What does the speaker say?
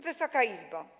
Wysoka Izbo!